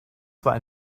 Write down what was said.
zwar